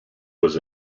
was